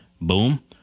Boom